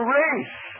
race